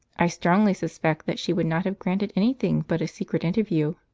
i strongly suspect that she would not have granted anything but a secret interview.